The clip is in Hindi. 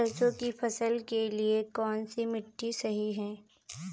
सरसों की फसल के लिए कौनसी मिट्टी सही हैं?